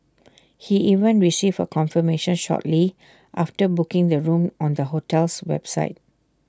he even received A confirmation shortly after booking the room on the hotel's website